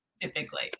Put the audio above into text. typically